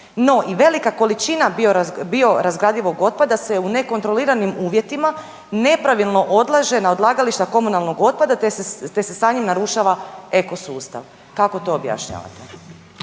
No, i velika količina biorazgradivog otpada se u nekontroliranim uvjetima nepravilno odlaže na odlagališta komunalnog otpada te se sa njim narušava ekosustav. Kako to objašnjavate?